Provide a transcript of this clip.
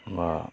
बा